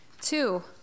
Two